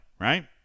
right